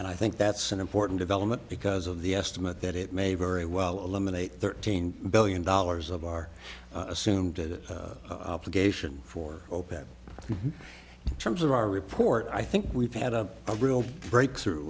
and i think that's an important development because of the estimate that it may very well eliminate thirteen billion dollars of our assumed it gave for open terms of our report i think we've had a real breakthrough